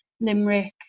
Limerick